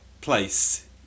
place